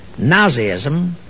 Nazism